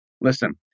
listen